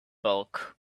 bulk